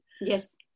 Yes